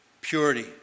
purity